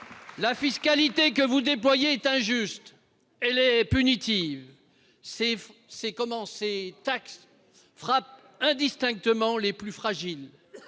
La fiscalité que vous déployez est injuste, elle est punitive. Ces taxes frappent indistinctement les plus fragiles.